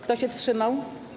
Kto się wstrzymał?